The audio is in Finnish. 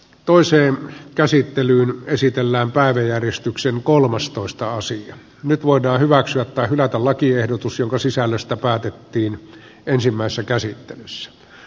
toiseen käsittelyyn esitellään päiväjärjestyksen kolmastoista sija nyt voidaan hyväksyä tai hylätä lakiehdotus jonka sisällöstä päätettiin ensimmäisessä käsittelyssä